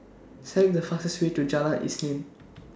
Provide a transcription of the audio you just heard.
Select The fastest Way to Jalan Isnin